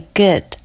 good